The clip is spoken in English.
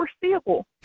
foreseeable